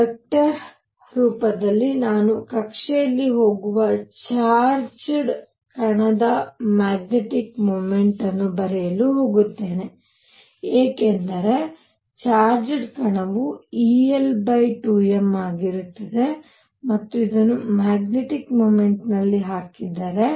vector ರೂಪದಲ್ಲಿ ನಾನು ಕಕ್ಷೆಯಲ್ಲಿ ಹೋಗುವ ಚಾರ್ಜ್ಡ್ ಕಣದ ಮ್ಯಾಗ್ನೆಟಿಕ್ ಮೊಮೆಂಟ್ ಅನ್ನು ಬರೆಯಲು ಹೋಗುತ್ತೇನೆ ಏಕೆಂದರೆ ಚಾರ್ಜ್ಡ್ ಕಣವು el2m ಆಗಿರುತ್ತದೆ ಮತ್ತು ಇದನ್ನು ಮ್ಯಾಗ್ನೆಟಿಕ್ ಮೊಮೆಂಟ್ ನಲ್ಲಿ ಹಾಕಿದರೆ